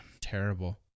Terrible